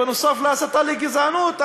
בנוסף להסתה לגזענות,